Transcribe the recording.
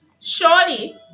surely